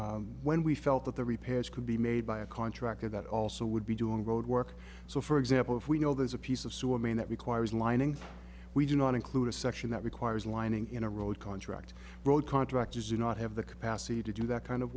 component when we felt that the repairs could be made by a contractor that also would be doing road work so for example if we know there's a piece of sewage main that requires a lining we do not include a section that requires lining in a road contract road contractors do not have the capacity to do that kind of